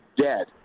dead